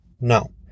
No